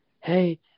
hey